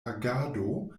agado